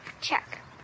Check